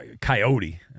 coyote